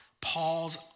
Paul's